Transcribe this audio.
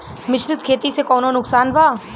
मिश्रित खेती से कौनो नुकसान वा?